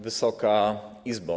Wysoka Izbo!